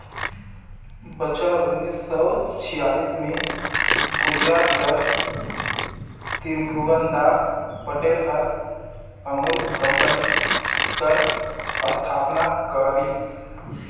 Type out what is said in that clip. बछर उन्नीस सव छियालीस में गुजरात कर तिरभुवनदास पटेल हर अमूल कंपनी कर अस्थापना करिस